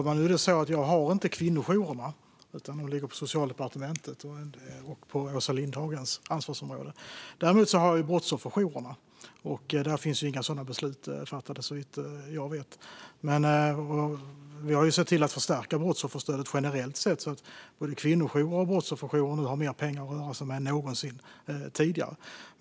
Fru talman! Jag ansvarar inte för kvinnojourerna, utan de ligger på Socialdepartementet och Åsa Lindhagens ansvarsområde. Däremot ansvarar jag för brottsofferjourerna, och där finns inga sådana beslut fattade, såvitt jag vet. Men vi har förstärkt brottsofferstödet generellt sett så att både kvinnojourerna och brottsofferjourerna har mer pengar att röra sig med än någonsin tidigare.